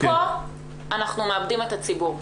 אנחנו מאבדים את הציבור.